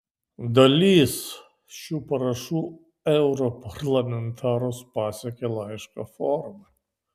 dalis šių parašų europarlamentarus pasiekė laiško forma